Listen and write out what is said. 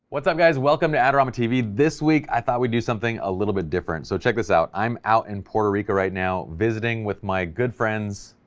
what's up guys. welcome to adorama tv. this week i thought we'd do something a little bit different, so check this out. i'm out in puerto rico right now, visiting with my good friends,